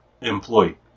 employee